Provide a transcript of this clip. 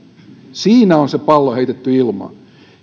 siinä on se pallo heitetty ilmaan